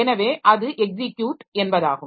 எனவே அது எக்ஸிக்யுட் என்பதாகும்